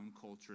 culture